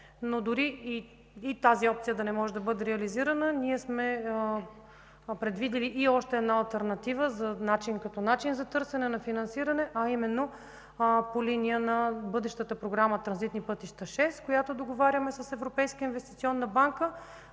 Дори и тази опция да не може да бъде реализирана, ние сме предвидили и още една алтернатива като начин за търсене на финансиране, а именно по линия на бъдещата програма „Транзитни пътища 6”, която договаряме с Европейска инвестиционна банка,